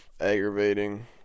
aggravating